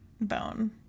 bone